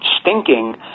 stinking